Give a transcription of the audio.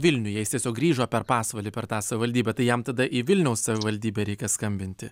vilniuje jis tiesiog grįžo per pasvalį per tą savivaldybę tai jam tada į vilniaus savivaldybę reikia skambinti